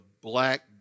black